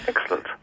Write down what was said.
Excellent